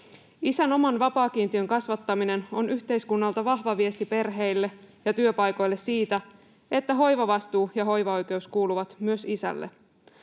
Isän oman vapaakiintiön kasvattaminen on yhteiskunnalta vahva viesti perheille ja työpaikoille siitä, että hoivavastuu ja hoivaoikeus kuuluvat myös isälle.